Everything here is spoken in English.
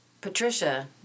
Patricia